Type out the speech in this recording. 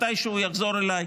מתישהו הוא יחזור אליי.